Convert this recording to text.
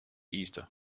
easter